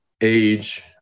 age